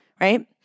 right